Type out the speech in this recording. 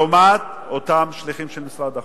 לעומת אותם שליחים של משרד החוץ.